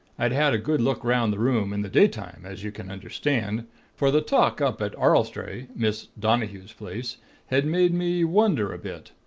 i'd had a good look round the room, in the daytime, as you can understand for the talk up at arlestrae miss donnehue's place had made me wonder a bit.